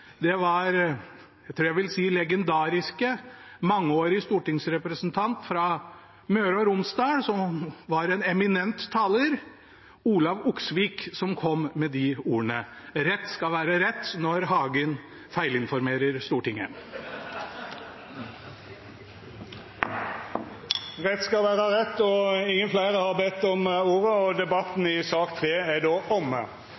det var – jeg tror jeg vil si – den legendariske mangeårige stortingsrepresentant fra Møre og Romsdal, som var en eminent taler, Olav Oksvik, som kom med de ordene. Rett skal være rett, når Hagen feilinformerer Stortinget. Rett skal vera rett! Fleire har ikkje bedt om ordet